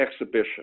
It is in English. exhibition